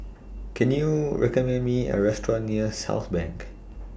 Can YOU recommend Me A Restaurant near Southbank